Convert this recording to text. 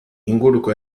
inguruko